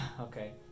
Okay